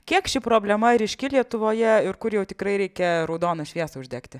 kiek ši problema ryški lietuvoje ir kur jau tikrai reikia raudoną šviesą uždegti